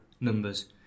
numbers